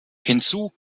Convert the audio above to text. hinzu